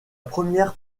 première